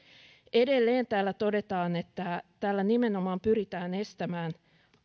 edelleen täällä todetaan että tällä nimenomaan pyritään estämään